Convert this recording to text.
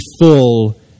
full